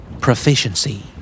Proficiency